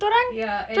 ya and